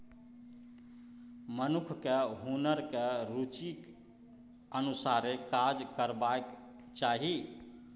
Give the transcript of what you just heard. मनुखकेँ हुनकर रुचिक अनुसारे काज करबाक चाही